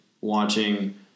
watching –